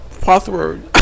password